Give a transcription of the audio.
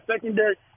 secondary